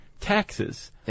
taxes